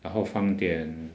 然后放一点